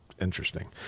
interesting